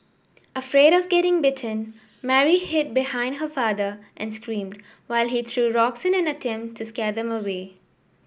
afraid of getting bitten Mary hid behind her father and screamed while he threw rocks in an attempt to scare them away